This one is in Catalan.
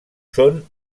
són